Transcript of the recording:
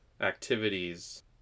activities